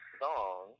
song